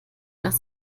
nach